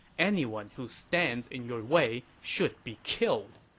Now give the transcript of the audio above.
anyone who stands in your way should be killed.